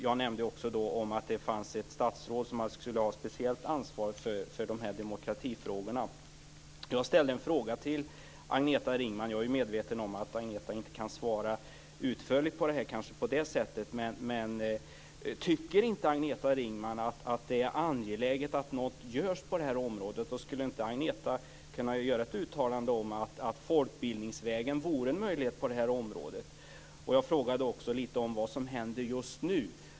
Jag nämnde också att det finns ett statsråd som har speciellt ansvar för demokratifrågorna. Jag ställde en fråga till Agneta Ringman. Jag är medveten om att Agneta kanske inte kan svara utförligt på den. Tycker inte Agneta Ringman att det är angeläget att något görs på detta område? Skulle inte Agneta kunna göra ett uttalande om att det skulle vara möjligt att gå folkbildningsvägen på detta område? Jag frågade också om vad som händer just nu.